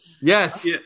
Yes